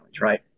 Right